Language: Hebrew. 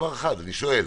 אני שואל: